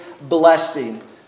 blessing